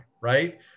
Right